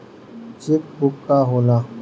Check book का होला?